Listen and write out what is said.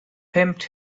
pimped